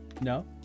No